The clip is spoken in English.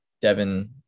Devin